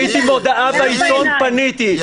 ראיתי מודעה בעיתון פניתי.